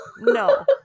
No